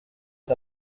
est